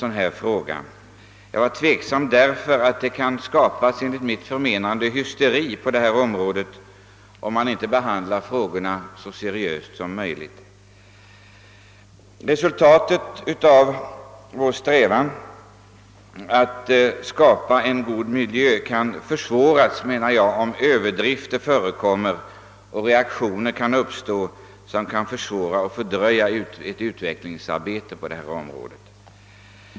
Min tveksamhet berodde på att det enligt min mening kan skapas hysteri på området, om frågorna inte behandlas mycket seriöst. Resultaten av vår strävan att skapa en god miljö kan försvåras om någon går till överdrift, och de reaktioner som då uppstår kan fördröja utvecklingsarbetet på miljövårdsområdet.